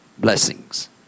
Blessings